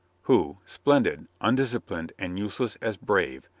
who, splendid, undisciplined and useless as brave,